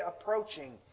approaching